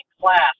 class